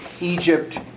Egypt